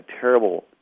terrible